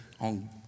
on